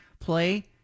play